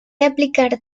aplicar